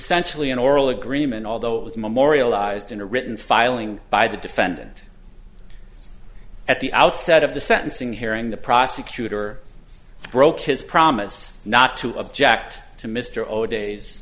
essentially an oral agreement although it was memorialized in a written filing by the defendant at the outset of the sentencing hearing the prosecutor broke his promise not to object to mr o'day